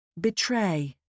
Betray